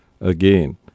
again